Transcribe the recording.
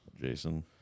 Jason